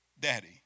Daddy